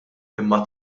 imma